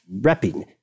repping